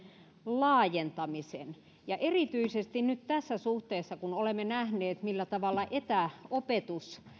laajentamisen erityisesti nyt tässä suhteessa kun olemme nähneet millä tavalla etäopetus